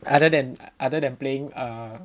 other than other than playing err